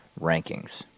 rankings